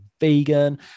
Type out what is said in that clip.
vegan